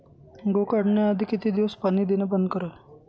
गहू काढण्याआधी किती दिवस पाणी देणे बंद करावे?